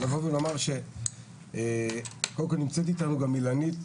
אני רוצה לומר שקודם כל נמצאת איתנו גם אילנית,